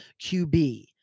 QB